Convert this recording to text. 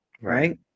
right